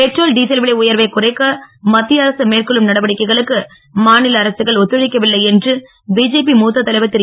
petrol diesel விலை உயர்வைக் குறைக்க மத்திய அரசு மேற்கொள்ளும் நடவடிக்கைகளுக்கு மாநில அரசுகள் ஒத்துழைக்கவில்லை என்று பிஜேபி மூத்த தலைவர் திரு